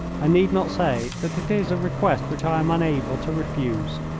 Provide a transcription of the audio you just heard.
i need not say that it is a request which i am unable to refuse.